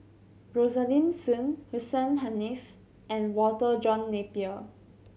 Rosaline Soon Hussein Haniff and Walter John Napier